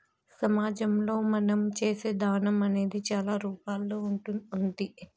సమాజంలో మనం చేసే దానం అనేది చాలా రూపాల్లో ఉంటాది